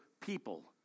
people